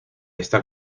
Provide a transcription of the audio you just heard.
esta